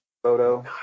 photo